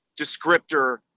descriptor